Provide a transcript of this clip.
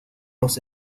los